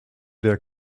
der